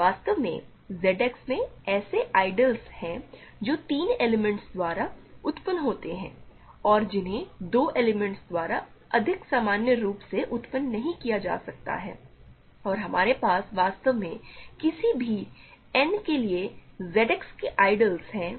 वास्तव में ZX में ऐसे आइडियलस हैं जो तीन एलिमेंट्स द्वारा उत्पन्न होते हैं और जिन्हें 2 एलिमेंट्स द्वारा अधिक सामान्य रूप से उत्पन्न नहीं किया जा सकता है और हमारे पास वास्तव में किसी भी n के लिए ZX के आइडियलस हैं